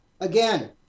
Again